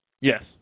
Yes